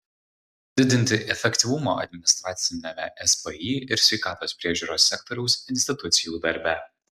didinti efektyvumą administraciniame spį ir sveikatos priežiūros sektoriaus institucijų darbe